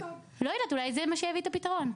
לא יודעת אולי זה מה שיביא את הפתרון.